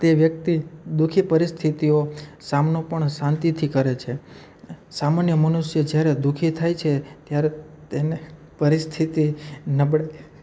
તે વ્યક્તિ દુઃખી પરિસ્થિતિઓ સામનો પણ શાંતિથી કરે છે સામાન્ય મનુષ્ય જ્યારે દુઃખી થાય છે ત્યારે તેને પરિસ્થિતિ નબળ